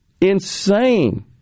Insane